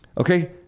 Okay